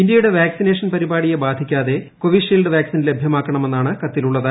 ഇന്ത്യയുടെ വാക്സിനേഷൻ പരിപാടിയെ ബാധിക്കാതെ കോവിഷീൽഡ് വാക്സിൻ ലഭ്യമാക്കണമെന്നാണ് കത്തിലുള്ളത്